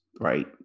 right